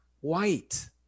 white